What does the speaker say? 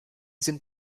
sind